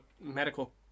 medical